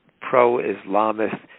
pro-Islamist